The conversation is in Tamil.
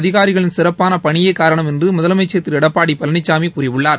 அதிகாரிகளின் சிறப்பான பணியே காரணம் என்று முதலமைச்சர் திரு எடப்பாடி பழனிசாமி கூறியுள்ளார்